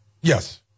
Yes